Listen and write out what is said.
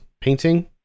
painting